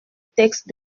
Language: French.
texte